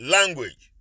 Language